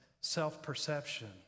self-perception